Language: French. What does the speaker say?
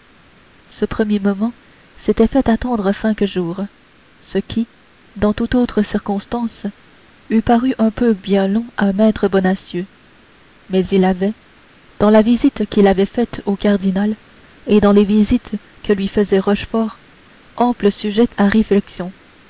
ce premier moment s'était fait attendre cinq jours ce qui dans toute autre circonstance eût paru un peu bien long à maître bonacieux mais il avait dans la visite qu'il avait faite au cardinal et dans les visites que lui faisait rochefort ample sujet à réflexion